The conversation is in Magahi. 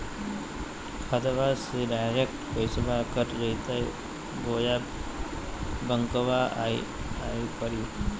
खाताबा से डायरेक्ट पैसबा कट जयते बोया बंकबा आए परी?